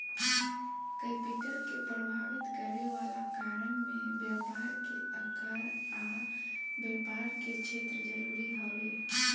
capital के प्रभावित करे वाला कारण में व्यापार के आकार आ व्यापार के क्षेत्र जरूरी हवे